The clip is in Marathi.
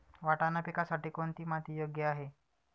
वाटाणा पिकासाठी कोणती माती योग्य आहे?